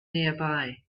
nearby